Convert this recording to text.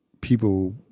people